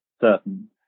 certain